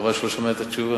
חבל שהוא לא שומע את התשובה.